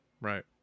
Right